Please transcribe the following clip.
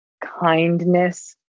kindness